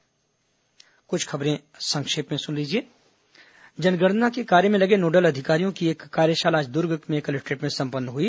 संक्षिप्त समाचार अब कुछ अन्य खबरें संक्षिप्त में जनगणना के कार्य में लगे नोडल अधिकारियों की एक कार्यशाला आज दूर्ग कलेक्टोरेट में संपन्न हई